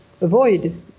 avoid